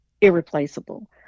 irreplaceable